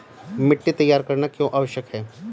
मिट्टी तैयार करना क्यों आवश्यक है?